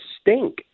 stink